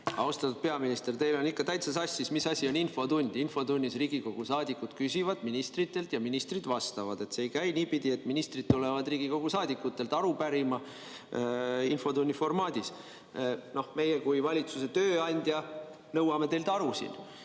Austatud peaminister! Teil on ikka täitsa sassis, mis asi on infotund. Infotunnis Riigikogu saadikud küsivad ministritelt ja ministrid vastavad. See ei käi niipidi, et ministrid tulevad Riigikogu saadikutelt aru pärima infotunni formaadis. Meie kui valitsuse tööandja nõuame teilt siin